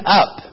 up